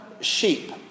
sheep